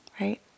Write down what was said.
right